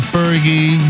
Fergie